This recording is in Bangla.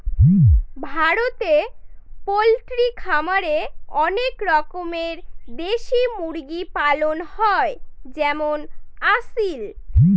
ভারতে পোল্ট্রি খামারে অনেক রকমের দেশি মুরগি পালন হয় যেমন আসিল